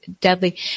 deadly